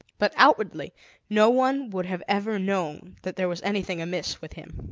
but outwardly no one would have ever known that there was anything amiss with him.